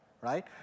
right